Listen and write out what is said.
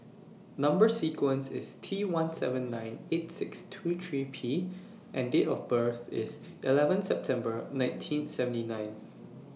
Number sequence IS T one seven nine eight six two three P and Date of birth IS eleven September nineteen seventy one